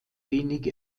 wenig